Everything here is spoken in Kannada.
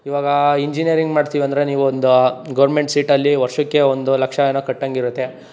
ಇವಾಗ ಇಂಜಿನಿಯರಿಂಗ್ ಮಾಡ್ತೀವೆಂದ್ರೆ ನೀವೊಂದು ಗೌರ್ಮೆಂಟ್ ಸೀಟಲ್ಲಿ ವರ್ಷಕ್ಕೆ ಒಂದು ಲಕ್ಷ ಏನೋ ಕಟ್ಟಂಗಿರುತ್ತೆ